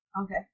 Okay